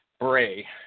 Bray